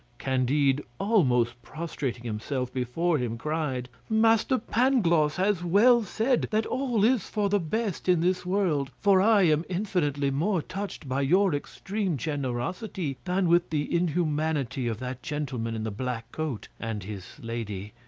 candide, almost prostrating himself before him, cried master pangloss has well said that all is for the best in this world, for i am infinitely more touched by your extreme generosity than with the inhumanity of that gentleman in the black coat and his lady.